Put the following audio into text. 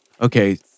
Okay